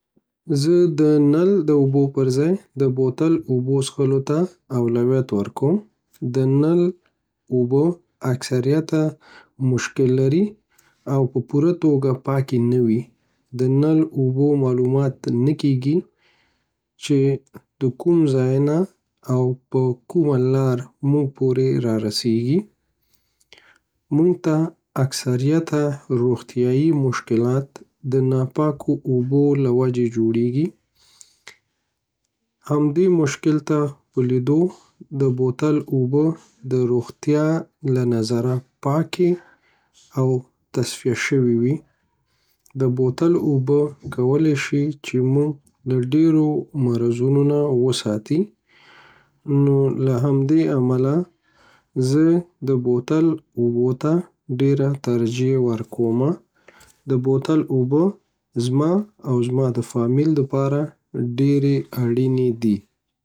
زه د نل د اوبو پر ځای د بوتل اوبو څخلو ته اولویت ورکوم، د نل اوبه اکثریته مشکل لری او په پوره توګه پاکی نه وی، د نل د اوبو معلومات نه کیږی چی د کوم ځای نه او په کومه لاره تر مونږ پوری رارسیږی. مونږ ته اکثریته روغتیایی مشکلات د ناپاکو اوبو له وجی جوړیږی. همدی مشکل ته په لیدو د بوتل اوبه د روغتیا له نظره پاکی او تصفیه شوی وی، د بوتل اوبه کولی شی چی مونږ د ډیرو مرضونو نه وساتی، نو له همدی عمله زه د بوتل اوبو ته ډیره ترجیح ورکوم، د بوتل اوبه ځما او ځما د فامیل لپاره ډیری اړینی دی